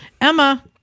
Emma